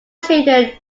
children